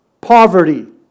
poverty